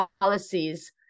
policies